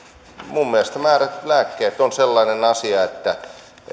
mielestäni määrätyt lääkkeet on sellainen asia että